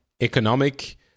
economic